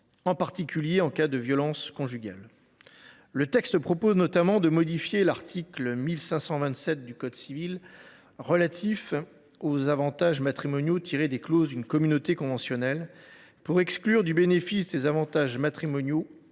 en particulier en cas de violences conjugales. Initialement, la proposition de loi visait à modifier l’article 1527 du code civil relatif aux avantages matrimoniaux tirés des clauses d’une communauté conventionnelle. Son but est d’exclure du bénéfice des avantages matrimoniaux